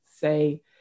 say